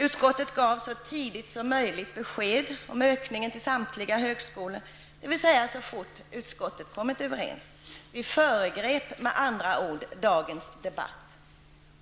Utskottet gav så tidigt som möjligt besked om ökningen till samtliga högskolor, dvs. så fort utskottet kommit överens. Vi föregrep med andra ord dagens debatt,